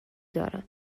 دارم